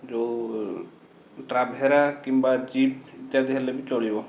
ଯେଉଁ ଟ୍ରାଭେରା କିମ୍ବା ଜିପ୍ ଇତ୍ୟାଦି ହେଲେ ବି ଚଳିବ